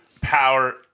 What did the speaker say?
power